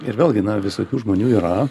ir vėlgi na visokių žmonių yra